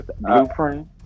Blueprint